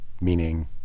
meaning